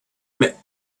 mais